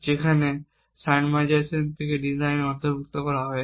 যেখানে র্যান্ডমাইজেশনকে ডিজাইনে অন্তর্ভুক্ত করা হয়েছে